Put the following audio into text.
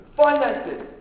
finances